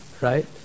Right